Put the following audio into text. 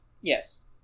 Yes